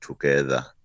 together